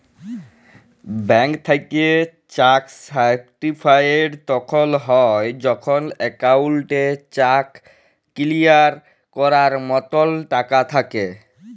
bank থ্যাইকে cheque certified তখল হ্যয় যখল একাউল্টে চ্যাক কিলিয়ার ক্যরার মতল টাকা থ্যাকে